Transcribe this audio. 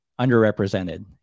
underrepresented